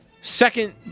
second